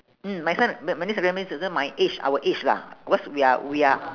mm my son but my niece recommended me this one my age our age lah cause we are we are